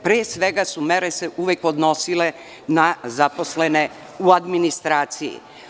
Pre svega, mere su se uvek odnosile na zaposlene u administraciji.